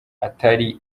atari